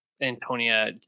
Antonia